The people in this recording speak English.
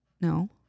No